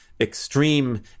extreme